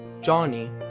Johnny